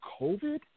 COVID